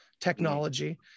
technology